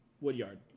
Woodyard